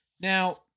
Now